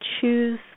choose